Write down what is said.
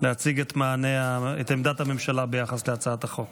להציג את עמדת הממשלה ביחס להצעת החוק.